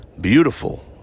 beautiful